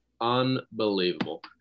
unbelievable